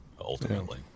ultimately